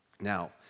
Now